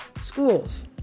schools